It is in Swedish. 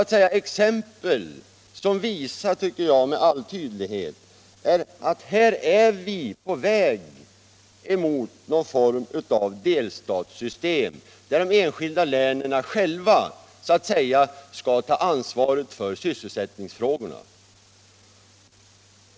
Detta är exempel som jag tycker visar med all tydlighet att vi är på väg mot någon form av delstatssystem, där länen själva skall ta ansvar för sysselsättningsfrågorna.